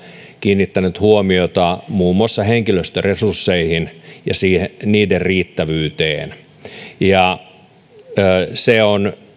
kiinnittänyt huomiota muun muassa henkilöstöresursseihin ja niiden riittävyyteen se on